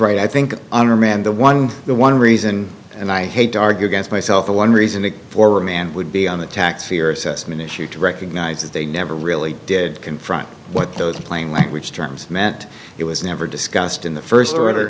right i think on remand the one the one reason and i hate to argue against myself or one reason for remand would be on the tax fear assessment issue to recognize that they never really did confront what those plain language terms meant it was never discussed in the first o